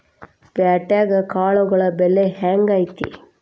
ಪ್ಯಾಟ್ಯಾಗ್ ಕಾಳುಗಳ ಬೆಲೆ ಹೆಂಗ್ ಐತಿ?